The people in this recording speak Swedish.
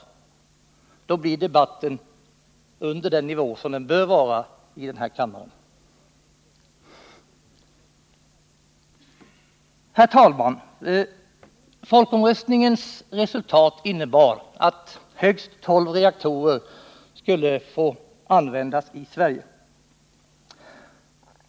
Annars kommer debatten att ligga under den nivå som den bör ligga på i den här kammaren. Herr talman! Folkomröstningens resultat innebar att högst tolv reaktorer skulle få användas i Sverige.